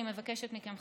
אני מבקשת מכם,